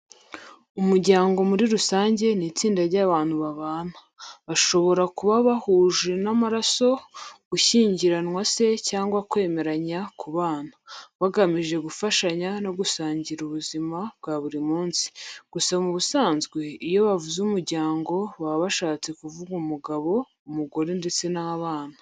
Umuryango muri rusange ni itsinda ry’abantu babana, bashobora kuba bahujwe n’amaraso, gushyingiranwa se, cyangwa kwemeranya kubana, bagamije gufashanya no gusangira ubuzima bwa buri munsi. Gusa mu busanzwe, iyo bavuze umuryango baba bashaka kuvuga umugabo, umugore ndetse n'abana.